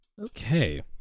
Okay